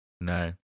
No